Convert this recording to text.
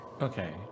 Okay